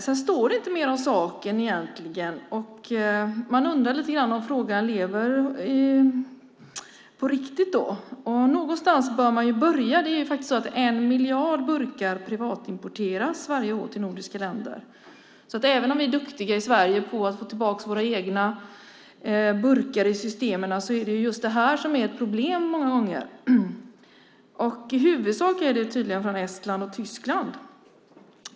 Sedan står det egentligen inte mer om saken, och man undrar lite om frågan lever på riktigt. Någonstans bör man ju börja. En miljard burkar privatimporteras till de nordiska länderna varje år. Även om vi i Sverige är duktiga på att få tillbaka våra egna burkar i systemen är det just detta som är ett problem. I huvudsak handlar det om burkar från Estland och Tyskland.